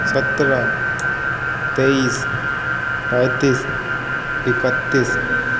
سترہ تیئیس پینتیس اکتیس